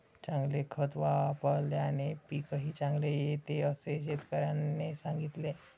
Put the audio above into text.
चांगले खत वापल्याने पीकही चांगले येते असे शेतकऱ्याने सांगितले